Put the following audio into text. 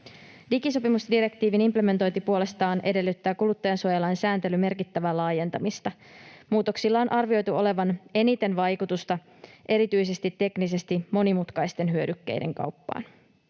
Digisopimusdirektiivin implementointi puolestaan edellyttää kuluttajansuojalain sääntelyn merkittävää laajentamista. Muutoksilla on arvioitu olevan eniten vaikutusta erityisesti teknisesti monimutkaisten hyödykkeiden kauppaan.